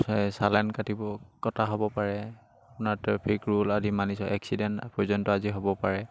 এই চালান কাটিব কটা হ'ব পাৰে আপোনাৰ ট্ৰেফিক ৰুল আদি মানি চ এক্সিডেণ্ট পৰ্যন্ত আজি হ'ব পাৰে